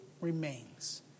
remains